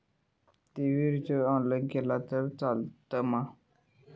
TV recharge online केला तरी चलात मा?